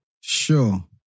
Sure